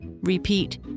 Repeat